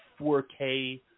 4K